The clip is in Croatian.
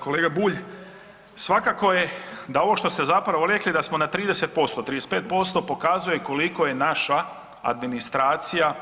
Kolega Bulj, svakako je da ovo zapravo što ste rekli da smo na 30%, 35% pokazuje koliko je naša administracija